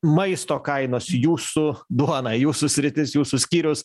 maisto kainos jūsų duona jūsų sritis jūsų skyrius